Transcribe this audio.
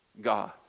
God